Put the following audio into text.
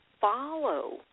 follow